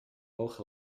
oog